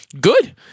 good